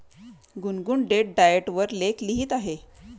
गुनगुन डेट डाएट वर लेख लिहित आहे